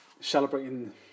celebrating